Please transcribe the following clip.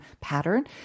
pattern